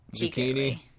Zucchini